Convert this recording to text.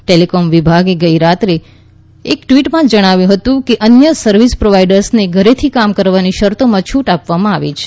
telecom વિભાગે ગઈરાત્રે એક ટ્વીટમાં જણાવ્યું હતું કે અન્ય સર્વિસ પ્રોવાઇડર્સને ઘરેથી કામ કરવાની શરતોમાં છૂટ આપવામાં આવી છે